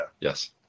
Yes